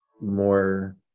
more